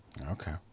Okay